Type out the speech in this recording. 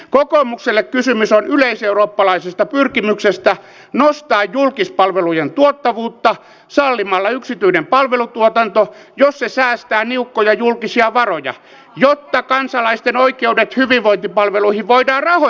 kokoomukselle kysymys on yleiseurooppalaisesta pyrkimyksestä nostaa julkispalvelujen tuottavuutta sallimalla yksityinen palvelutuotanto jos se säästää niukkoja julkisia varoja jotta kansalaisten oikeudet hyvinvointipalveluihin voidaan rahoittaa